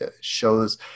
shows